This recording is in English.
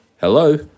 Hello